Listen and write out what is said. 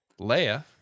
Leia